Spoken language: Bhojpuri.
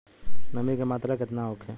नमी के मात्रा केतना होखे?